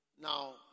Now